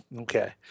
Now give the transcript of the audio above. okay